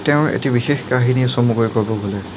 তেওঁৰ এটি বিশেষ কাহিনী চমুকৈ ক'ব গ'লে